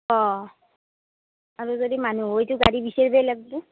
অঁ আৰু যদি মানুহ হয় ত' গাড়ী বিচাৰবাই লাগবো